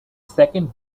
second